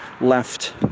left